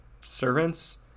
servants